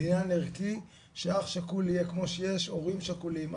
עניין ערכי שאח שכול יהיה כמו שיש הורים שכולים,